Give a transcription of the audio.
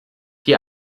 die